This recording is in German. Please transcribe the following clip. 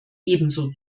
ebenso